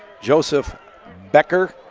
joesph becker,